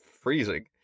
freezing